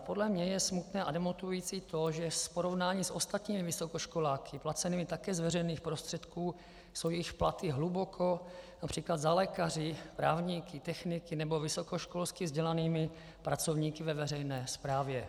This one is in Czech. Podle mě je smutné a demotivující to, že v porovnání s ostatními vysokoškoláky placenými také z veřejných prostředků jsou jejich platy hluboko například za lékaři, právníky, techniky nebo vysokoškolsky vzdělanými pracovníky ve veřejné správě.